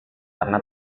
karena